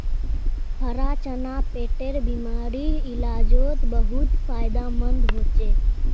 हरा चना पेटेर बिमारीर इलाजोत बहुत फायदामंद होचे